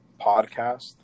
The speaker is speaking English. podcast